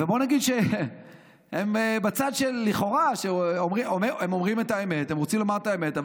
ובואו נגיד שהם בצד שלכאורה אומרים בו את האמת,